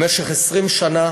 במשך 20 שנה